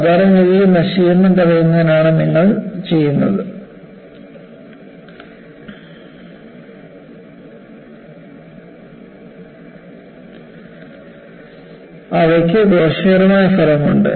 സാധാരണഗതിയിൽ നശീകരണം തടയുന്നതിനാണ് നിങ്ങൾ ചെയ്യുന്നു അവയ്ക്ക് ദോഷകരമായ ഫലമുണ്ട്